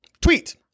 tweet